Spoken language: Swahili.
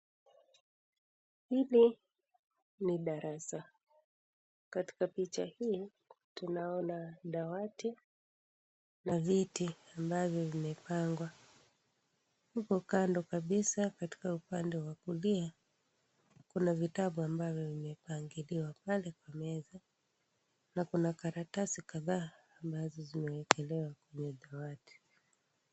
Hili ni darasa, katika picha hii tunaona dawati na viti ambavyo vimepangwa huko kando kabisa katika upande wa kulia kuna vitabu ambavyo vimepangiliwa pale kwa meza na kuna karatasi kadha tunazoziona kwenye dawati.